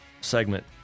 segment